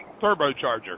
turbocharger